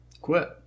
Quit